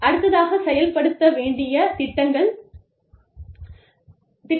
அடுத்ததாக செயல்படுத்த வேண்டிய திட்டங்கள்